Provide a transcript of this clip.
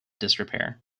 disrepair